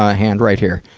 ah hand right here.